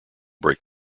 break